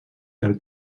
del